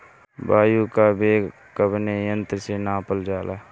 वायु क वेग कवने यंत्र से नापल जाला?